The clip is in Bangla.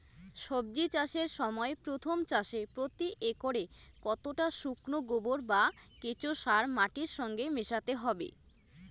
সবজি চাষের সময় প্রথম চাষে প্রতি একরে কতটা শুকনো গোবর বা কেঁচো সার মাটির সঙ্গে মেশাতে হবে?